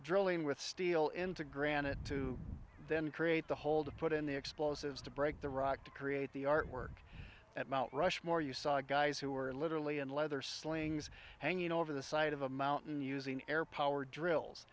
drilling with steel into granite to then create the hole to put in the explosives to break the rock to create the artwork at mount rushmore you saw guys who are literally in leather slings hanging over the side of a mountain using air power drills